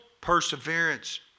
perseverance